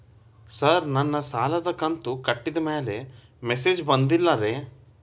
sir ನನ್ನ ಸಾಲದ ಕಂತು ಕಟ್ಟಿದಮೇಲೆ ಮೆಸೇಜ್ ಬಂದಿಲ್ಲ ರೇ